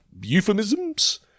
euphemisms